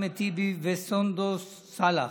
אחמד טיבי וסונדוס סאלח.